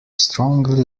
strongly